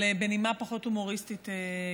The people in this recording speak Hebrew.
אבל בנימה פחות הומוריסטית,